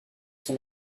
son